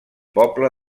poble